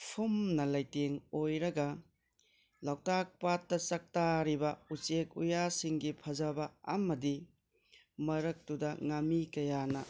ꯐꯨꯝꯅ ꯂꯩꯇꯦꯡ ꯑꯣꯏꯔꯒ ꯂꯣꯛꯇꯥꯛ ꯄꯥꯠꯇ ꯆꯥꯛꯇꯥꯔꯤꯕ ꯎꯆꯦꯛ ꯋꯥꯌꯥꯁꯤꯡꯒꯤ ꯐꯖꯕ ꯑꯃꯗꯤ ꯃꯔꯛꯇꯨꯗ ꯉꯥꯃꯤ ꯀꯌꯥꯅ